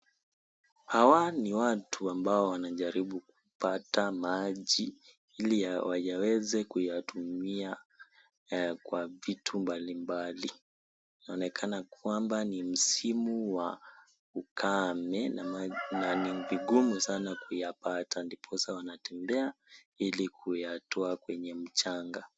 Hawa ni watu ambao wanajaribu kupata maji ili waweze kuyatumia kwa vitu mbali mbali. Unaonekana kwamba ni msimu wa ukame na ni vigumu sana kuyapata ndiposa wanatembea ili kuyatoa kwenye mchanga.